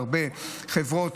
בהרבה חברות.